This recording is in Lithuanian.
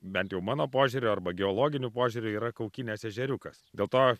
bent jau mano požiūriu arba geologiniu požiūriu yra kaukinės ežeriukas dėl to